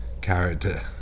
character